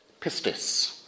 Pistis